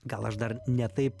gal aš dar ne taip